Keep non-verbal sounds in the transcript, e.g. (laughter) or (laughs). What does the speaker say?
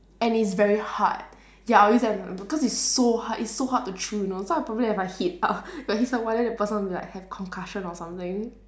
and it's very hard ya I'll use that as a weapon cause it's so hard it's so hard to chew you know so I'll probably if I hit (laughs) if I hit someone then the person will be like have concussion or something